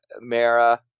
Mara